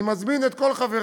אני מזמין את כל חברי